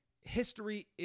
history